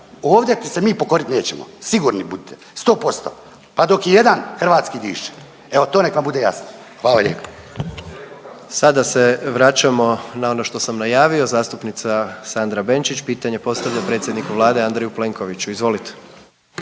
Ovdje se mi pokorit nećemo sigurni budite 100%, pa dok i jedan hrvatski diše. Evo to nek vam bude jasno. Hvala lijepo. **Jandroković, Gordan (HDZ)** Sada se vraćamo na ono što sam najavio, zastupnica Sandra Benčić pitanje postavlja predsjedniku Vlade Andreju Plenkoviću. Izvolite.